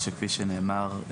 ושכפי שנאמר,